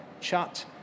chat